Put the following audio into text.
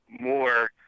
more